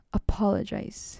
apologize